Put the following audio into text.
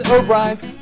O'Brien's